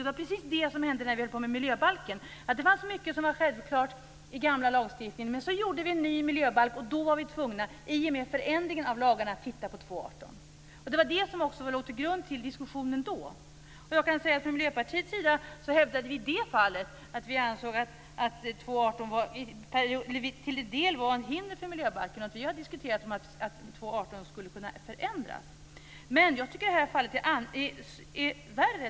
Det var precis det som hände när vi höll på miljöbalken. Det fanns mycket som var självklart i den gamla lagstiftningen. Men så gjorde vi en ny miljöbalk, och i och med förändringen av lagarna var vi tvungna att titta på 2:18. Det var det som också låg till grund för diskussionen då. I det fallet hävdade vi i Miljöpartiet att 2:18 till en del var ett hinder för miljöbalken. Vi har diskuterat att 2:18 skulle kunna förändras. Men jag tycker att det här fallet är värre.